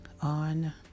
on